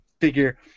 figure